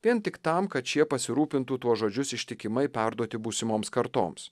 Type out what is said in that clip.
vien tik tam kad šie pasirūpintų tuos žodžius ištikimai perduoti būsimoms kartoms